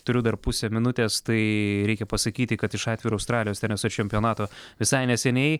turiu dar pusę minutės tai reikia pasakyti kad iš atviro australijos teniso čempionato visai neseniai